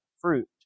fruit